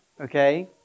okay